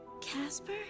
Casper